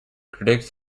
critics